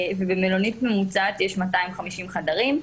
במלונית ממוצעת יש 250 חדרים,